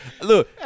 Look